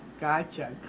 gotcha